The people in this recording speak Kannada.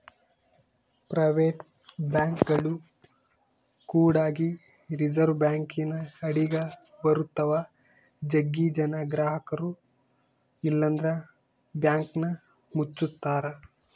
ಪ್ರೈವೇಟ್ ಬ್ಯಾಂಕ್ಗಳು ಕೂಡಗೆ ರಿಸೆರ್ವೆ ಬ್ಯಾಂಕಿನ ಅಡಿಗ ಬರುತ್ತವ, ಜಗ್ಗಿ ಜನ ಗ್ರಹಕರು ಇಲ್ಲಂದ್ರ ಬ್ಯಾಂಕನ್ನ ಮುಚ್ಚುತ್ತಾರ